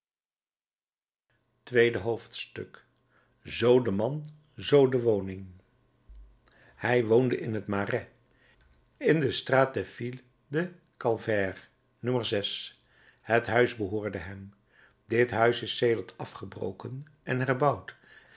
tweede hoofdstuk zoo de man zoo de woning hij woonde in het marais in de straat des filles du calvaire no het huis behoorde hem dit huis is sedert afgebroken en herbouwd